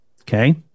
okay